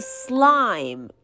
slime